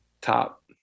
top